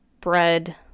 bread